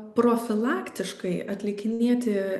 profilaktiškai atlikinėti